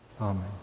Amen